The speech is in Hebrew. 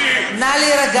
נא להירגע.